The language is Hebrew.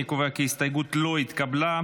אני קובע כי ההסתייגות לא התקבלה.